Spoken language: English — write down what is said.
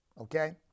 Okay